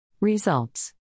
Results